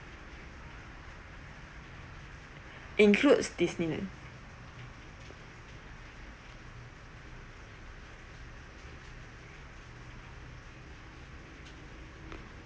includes disneyland